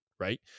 right